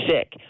sick